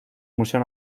museo